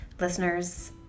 Listeners